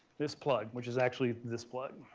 this plug, which is actually this plug.